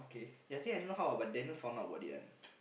ya I think I don't know how ah but Daniel found out about it ah